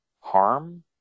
harm